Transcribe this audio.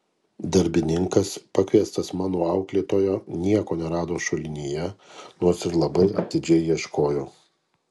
darbininkas pakviestas mano auklėtojo nieko nerado šulinyje nors ir labai atidžiai ieškojo